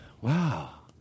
Wow